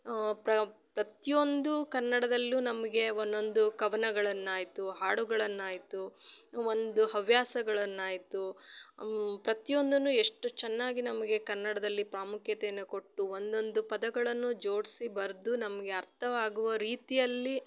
ಪ್ರತಿಯೊಂದು ಕನ್ನಡದಲ್ಲು ನಮಗೆ ಒಂದೊಂದು ಕವನಗಳನ್ನು ಆಯಿತು ಹಾಡುಗಳನ್ನು ಆಯಿತು ಒಂದು ಹವ್ಯಾಸಗಳನ್ನು ಆಯಿತು ಪ್ರತಿಯೊಂದನ್ನು ಎಷ್ಟು ಚೆನ್ನಾಗಿ ನಮಗೆ ಕನ್ನಡದಲ್ಲಿ ಪ್ರಾಮುಖ್ಯತೆಯನ್ನು ಕೊಟ್ಟು ಒಂದೊಂದು ಪದಗಳನ್ನು ಜೋಡಿಸಿ ಬರೆದು ನಮಗೆ ಅರ್ಥವಾಗುವ ರೀತಿಯಲ್ಲಿ